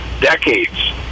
decades